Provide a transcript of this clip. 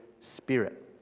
Spirit